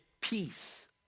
peace